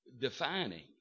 Defining